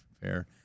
fair